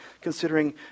considering